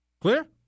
Clear